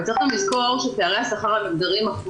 אבל צריך גם לזכור שפערי השכר --- הרבה